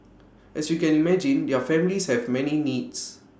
as you can imagine their families have many needs